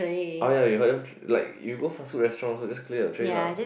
oh ya you heard them like you go fast food restaurant also just clear your tray lah